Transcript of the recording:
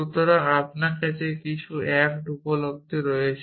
সুতরাং আপনার কাছে কিছু অ্যাক্ট উপলব্ধ রয়েছে